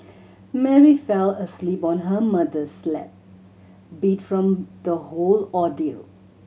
Mary fell asleep on her mother's lap beat from the whole ordeal